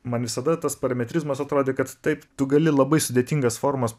man visada tas parametrizmas atrodė kad taip tu gali labai sudėtingas formas